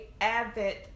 avid